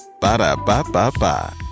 Ba-da-ba-ba-ba